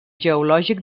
geològic